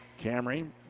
camry